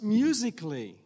musically